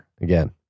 Again